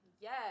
Yes